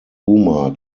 umar